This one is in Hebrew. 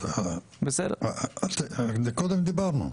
מקודם דיברנו.